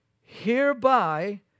Hereby